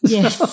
Yes